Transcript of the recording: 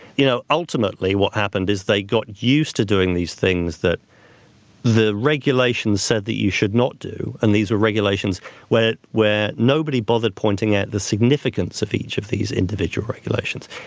you know ultimately what happened is they got used to doing these things that the regulations said that you should not do, and these were regulations where where nobody bothered pointing out the significance of each of these individual regulations.